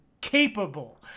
capable